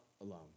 alone